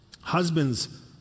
Husbands